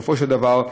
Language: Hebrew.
בסופו של דבר,